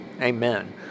Amen